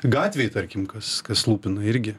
gatvėj tarkim kas kas lūpina irgi